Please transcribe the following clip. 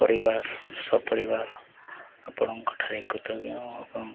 ପରିବାର ସପରିବାର ଆପଣଙ୍କଠାରେ କୃତଜ୍ଞ ଏବଂ